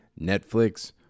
Netflix